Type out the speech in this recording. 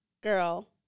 girl